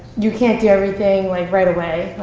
you can't do everything like right away.